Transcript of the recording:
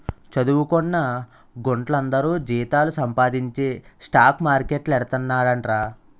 చదువుకొన్న గుంట్లందరూ జీతాలు సంపాదించి స్టాక్ మార్కెట్లేడతండ్రట